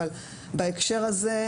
אבל בהקשר הזה,